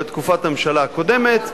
בתקופת הממשלה הקודמת.